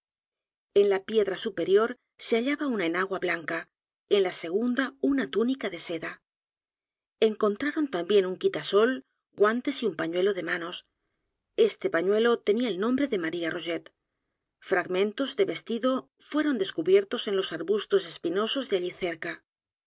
en la piedra el misterio de maría rogét superior se hallada una enagua blanca en la segunda una túnica de seda encontraron también un quitasol guantes y un pañuelo de manos este pañuelo tenía el nombre de maría r o g é t f r a g m e n t o s de vestido fueron descubiertos en los arbustos espinosos de allí cerca